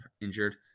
injured